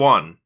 One